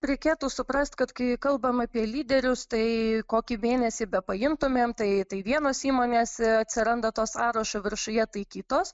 reikėtų suprasti kad kai kalbam apie lyderius tai kokį mėnesį be paimtumėm tai tai vienos įmonės atsiranda to sąrašo viršuje tai kitos